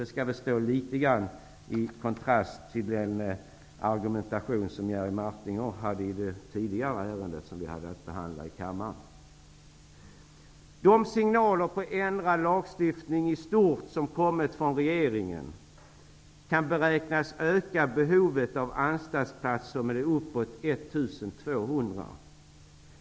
Det står i kontrast till Jerry Martingers argumentation i det ärende som vi tidigare behandlade. De signaler om ändrad lagstiftning i stort som kommit från regeringen kan beräknas öka behovet av anstaltsplatser med uppåt 1 200.